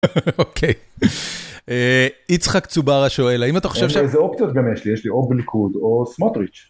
אוקיי יצחק צוברה שואל האם אתה חושב, איזה אופציות גם יש לי או בליכוד או סמוטריץ'.